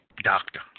doctor